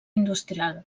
industrial